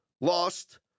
lost